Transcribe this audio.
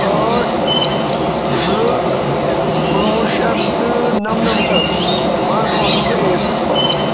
ٲٹھ زٕ کُنوُہ شَتھ تہٕ نَمنَمتھس منٛز اوسُس بہٕ ایٹتھَس پَران